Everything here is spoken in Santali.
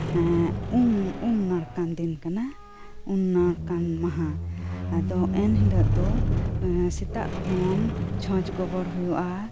ᱩᱢ ᱩᱢᱱᱟᱲᱠᱟ ᱫᱤᱱ ᱠᱟᱱᱟ ᱩᱢᱱᱟᱲᱠᱟᱱ ᱢᱟᱦᱟ ᱟᱫᱚ ᱮᱱᱦᱤᱞᱚᱜ ᱫᱚ ᱥᱮᱛᱟᱜ ᱠᱷᱚᱱ ᱪᱷᱚᱸᱪ ᱜᱚᱵᱚᱨ ᱦᱩᱭᱩᱜᱼᱟ